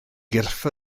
gyrff